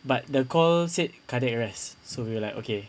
but the call said cardiac arrest so we were like okay